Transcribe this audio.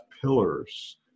pillars